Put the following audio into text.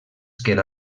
queda